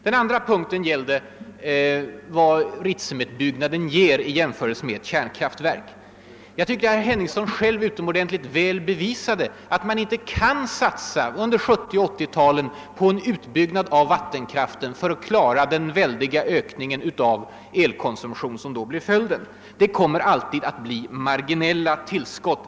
Den andra punkten gällde vad Ritsemutbyggnaden ger i jämförelse med ett kärnkraftverk. Jag tycker att herr Henningsson själv utomordentligt väl bevisade att man inte under 1970 och 1980-talen kan satsa på en utbyggnad av vattenkraften för att klara den väldiga ökning av elkonsumtionen, som då kommer att inträffa. De utbyggnader vi nu kan göra kommer genomgående att ge endast marginella tillskott.